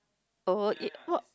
uh it what